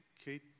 Kate